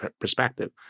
perspective